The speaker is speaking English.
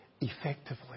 effectively